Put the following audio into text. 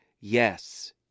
Yes